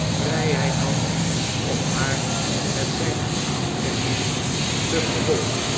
vrijheid had om haar met zijne aanvechtingen te vervolgen